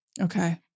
Okay